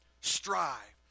strive